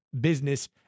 business